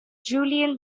julien